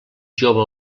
jove